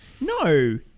No